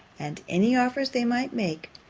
and any offers they might make,